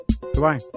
Goodbye